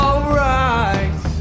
Alright